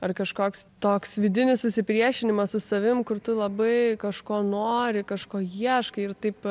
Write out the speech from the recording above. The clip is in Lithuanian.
ar kažkoks toks vidinis susipriešinimas su savim kur tu labai kažko nori kažko ieškai ir taip